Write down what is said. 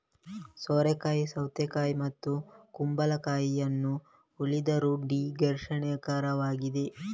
ಸೋರೆಕಾಯಿ ಸೌತೆಕಾಯಿ ಮತ್ತು ಕುಂಬಳಕಾಯಿಯನ್ನು ಹೋಲಿದರೂ ದೀರ್ಘಕಾಲಿಕವಾಗಿದೆ